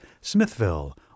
Smithville